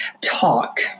talk